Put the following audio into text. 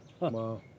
Wow